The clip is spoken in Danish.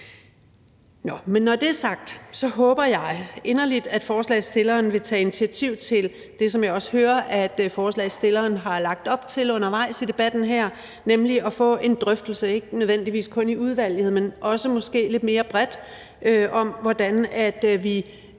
Når det er sagt, håber jeg inderligt, at forslagsstilleren vil tage initiativ til det, som jeg også hører at forslagsstilleren har lagt op til undervejs i debatten her, nemlig at få en drøftelse, ikke nødvendigvis kun i udvalget, men også måske lidt mere bredt, om, hvordan vi